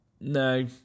no